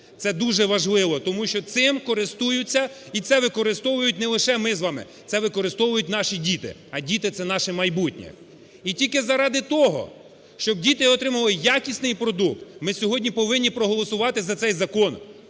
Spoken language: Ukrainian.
Це дуже важливо, тому що цим користуються і це використовують не лише ми з вами, це використовують наші діти. А діти – це наше майбутнє. І тільки заради того, щоб діти отримували якісний продукт, ми сьогодні повинні проголосувати за цей закон.